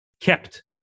kept